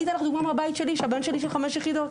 אני אתן לך דוגמה מהבית שלי שלבן שלי יש חמש יחידות.